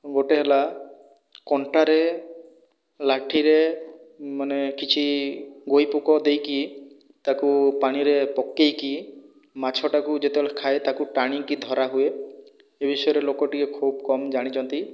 ଗୋଟିଏ ହେଲା କଣ୍ଟାରେ ଲାଠିରେ ମାନେ କିଛି ଗୋଇ ପୋକ ଦେଇକି ତାକୁ ପାଣିରେ ପକାଇକି ମାଛଟାକୁ ଯେତେବେଳେ ଖାଏ ତାକୁ ଟାଣିକି ଧରାହୁଏ ଏ ବିଷୟରେ ଲୋକ ଟିକିଏ ଖୁବ୍ କମ୍ ଜାଣିଛନ୍ତି